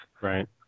Right